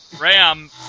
ram